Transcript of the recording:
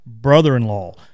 brother-in-law